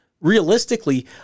Realistically